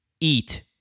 eat